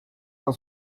s’en